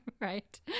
Right